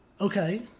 Okay